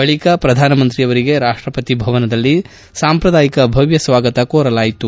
ಬಳಿಕ ಪ್ರಧಾನಮಂತ್ರಿಯವರಿಗೆ ರಾಷ್ಟಪತಿ ಭವನದಲ್ಲಿ ಸಾಂಪ್ರದಾಯಿಕ ಭವ್ನ ಸ್ವಾಗತ ಕೋರಲಾಯಿತು